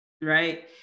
right